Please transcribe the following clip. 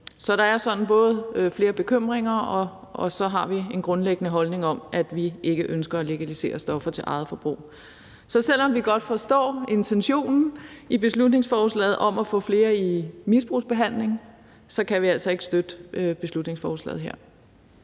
Så der er flere bekymringer, og så har vi en grundlæggende holdning om, at vi ikke ønsker at legalisere stoffer til eget forbrug. Så selv om vi godt forstår intentionen i beslutningsforslaget om at få flere i misbrugsbehandling, kan vi altså ikke støtte beslutningsforslaget her.